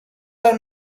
are